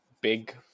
big